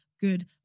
good